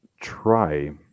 try